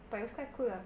but it was quite cool lah